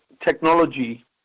technology